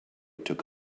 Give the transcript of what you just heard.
took